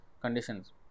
conditions